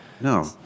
no